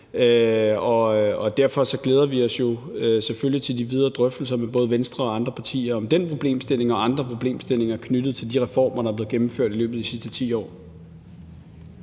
jo selvfølgelig til de videre drøftelser med både Venstre og andre partier om den problemstilling og andre problemstillinger knyttet til de reformer, der er blevet gennemført i løbet af de sidste 10 år.